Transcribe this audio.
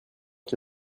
que